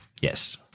Yes